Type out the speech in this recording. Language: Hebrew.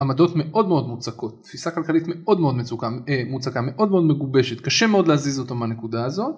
עמדות מאוד מאוד מוצקות, תפיסה כלכלית מאוד מאוד מוצקה, מאוד מאוד מגובשת, קשה מאוד להזיז אותו מהנקודה הזאת.